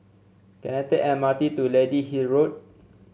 can I take M R T to Lady Hill Road